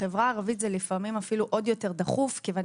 בחברה הערבית זה לפעמים עוד יותר דחוף כיוון